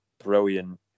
Brilliant